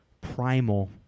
primal